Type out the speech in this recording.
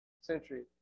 century